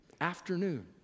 afternoon